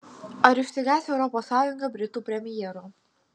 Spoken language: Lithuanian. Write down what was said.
ar išsigąs europos sąjunga britų premjero